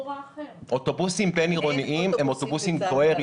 אוטובוסים בין עירוניים הם אוטובוסים גבוהי